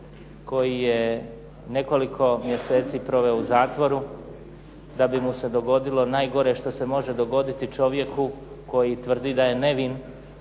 koji je nekoliko mjeseci proveo u zatvoru, da bi mu se dogodilo najgore što se može dogoditi čovjeku koji tvrdi da je nevin,